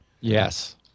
Yes